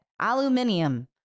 aluminium